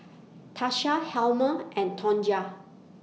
Tasha Helma and Tonja